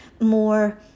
more